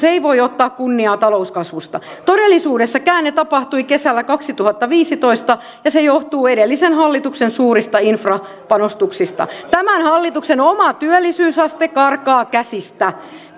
ei voi ottaa kunniaa talouskasvusta todellisuudessa käänne tapahtui kesällä kaksituhattaviisitoista ja se johtuu edellisen hallituksen suurista infrapanostuksista tämän hallituksen oma työllisyysaste karkaa käsistä